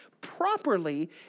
properly